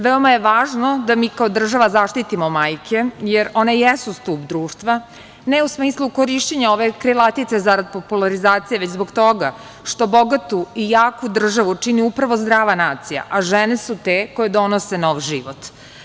Veoma je važno da mi kao država zaštitimo majke jer one jesu stub društva, ne u smislu korišćenja ove krilatice zarad popularizacije, već zbog toga što bogatu i jaku državu čini upravo zdrava nacija, a žene su te koje donose nov život.